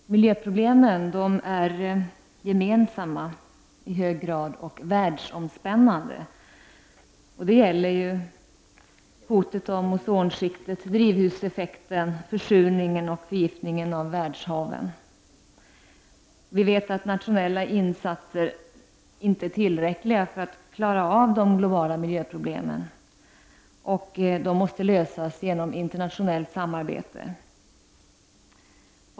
Fru talman! Miljöproblemen är i hög grad gemensamma och världsomspännande. Det gäller hoten mot ozonskiktet, drivhuseffekten, försurningen och förgiftningen av världshaven. Vi vet att nationella insatser inte är tillräckliga för att lösa de globala miljöproblemen. De måste lösas genom internationellt samarbete.